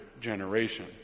generation